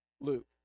Luke